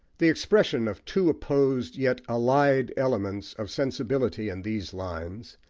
the expression of two opposed, yet allied, elements of sensibility in these lines,